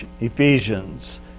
Ephesians